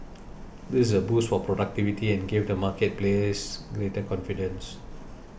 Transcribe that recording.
this is a boost for productivity and gave the market players greater confidence